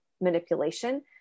manipulation